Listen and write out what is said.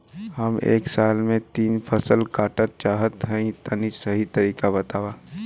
हम एक साल में तीन फसल काटल चाहत हइं तनि सही तरीका बतावा?